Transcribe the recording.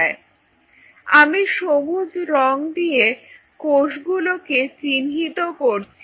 Refer Time1210 আমি সবুজ রং দিয়ে কোষগুলোকে চিহ্নিত করছি